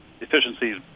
efficiencies